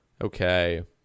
Okay